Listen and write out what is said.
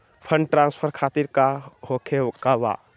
Fund transfer खातिर काका होखे का बा?